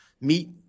meet